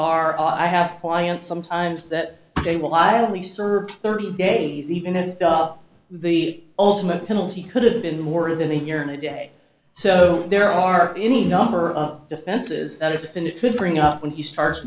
are i have clients sometimes that they will i only serve thirty days even if the ultimate penalty could have been more than a year and a day so there are any number of defenses that if it could bring up when he starts